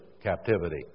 captivity